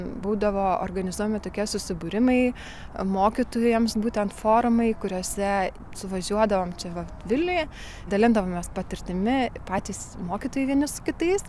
būdavo organizuojami tokie susibūrimai mokytojams būtent forumai kuriuose suvažiuodavom čia va vilniuje dalindavomės patirtimi patys mokytojai vieni su kitais